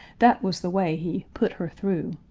that was the way he put her through.